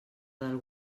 del